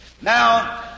Now